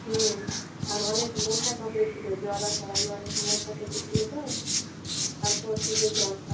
হুম আর অনেক মশা কামড়েছিলো জ্বর আসার আগে অনেক মশা কেটেছিলো তো তারপর থেকেই জ্বরটা